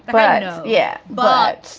but yeah, but.